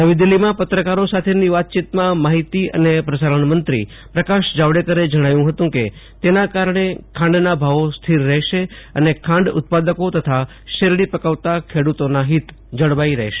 નવી દિ લ્ફીમાં પત્રકારો સાથેની વાતચીતમાં માહિતી અને પ્ર સારણ મં ત્રી પ્રકાશ જાવડેકરે જણાવ્યુ હતું કે તેના કારણે ખાંડના ભાવો સ્થિર રહેશે અને ખાંડ ઉત્પાદકો તથા શેરડી પકવતા ખેડુતોનાં ફિત જળવાઇ રહ્શે